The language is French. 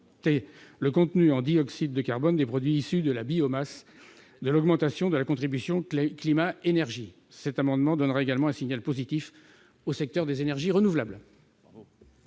le contenu en dioxyde de carbone des produits issus de la biomasse de l'augmentation de la contribution climat-énergie. Le vote de cet amendement donnerait également un signal positif au secteur des énergies renouvelables.